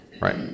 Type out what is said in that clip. right